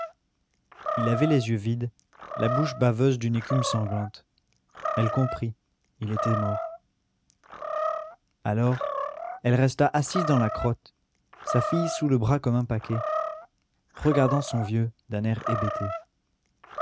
il avait les yeux vides la bouche baveuse d'une écume sanglante elle comprit il était mort alors elle resta assise dans la crotte sa fille sous le bras comme un paquet regardant son vieux d'un air hébété